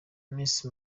miss